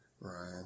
Right